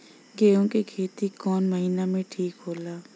गेहूं के खेती कौन महीना में ठीक होला?